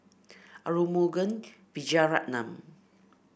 Arumugam Vijiaratnam